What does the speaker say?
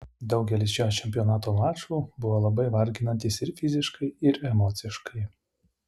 daugelis šio čempionato mačų buvo labai varginantys ir fiziškai ir emociškai